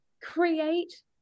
create